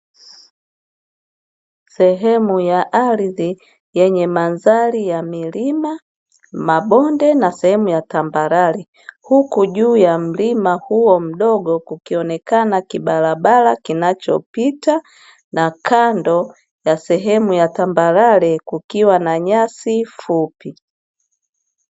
Sehemu ya ardhi yenye mandhari ya milima, mabonde, na sehemu ya tambarare; huku juu ya mlima huo mdogo kukionekana kibarabara kinachopita, na kando ya sehemu ya tambarare kukiwa na nyasi fupi.